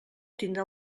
tindrà